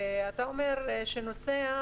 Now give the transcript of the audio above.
אתה אומר שנוסע,